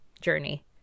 journey